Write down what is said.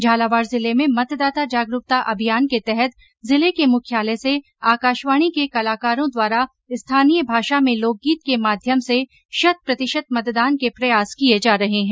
झालावाड़ जिले में मतदाता जागरूकता अभियान के तहत जिले के मुख्यालय से आकाशवाणी के कलाकारों द्वारा स्थानीय भाषा में लोकगीत के माध्यम से शत प्रतिशत मतदान के प्रयास किए जा रहे है